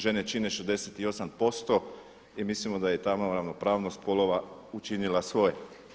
Žene čine 68% i mislimo da je tamo ravnopravnost spolova učinila svoje.